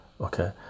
okay